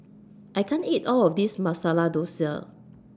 I can't eat All of This Masala Dosa